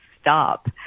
stop